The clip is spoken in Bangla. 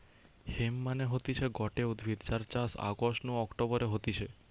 হেম্প মানে হতিছে গটে উদ্ভিদ যার চাষ অগাস্ট নু অক্টোবরে হতিছে